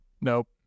nope